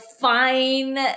fine